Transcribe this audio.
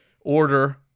order